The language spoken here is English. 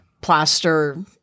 plaster